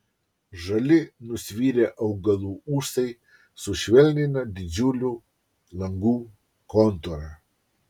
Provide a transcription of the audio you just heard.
žali nusvirę augalų ūsai sušvelnina didžiulių langų kontūrą